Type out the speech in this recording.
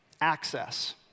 Access